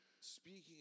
Speaking